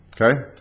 Okay